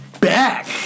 back